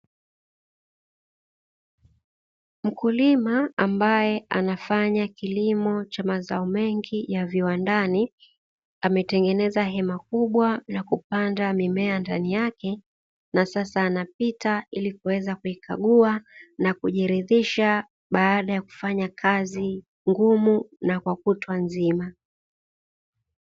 Mkulima ambaye anafanya kilimo cha mazao mengi ya viwandani; ametengeneza hema kubwa na kupanda mimea ndani yake, na sasa anapita ili kuweza kuikagua na kujiridhisha baada ya kufanya kazi ngumu na kwa kutwa nzima.